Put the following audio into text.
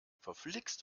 verflixt